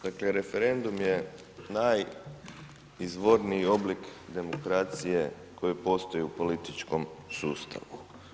Dakle, referendum je najizvorniji oblik demokracije koji postoji u političkom sustavu.